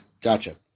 Gotcha